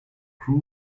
crew